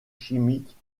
chimiques